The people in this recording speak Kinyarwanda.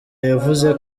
yavuze